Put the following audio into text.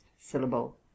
syllable